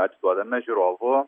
atiduodame žiūrovų